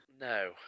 No